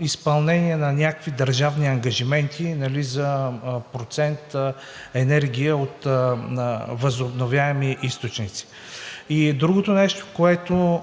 изпълнение на някакви държавни ангажименти за процент енергия от възобновяеми източници. И другото нещо, което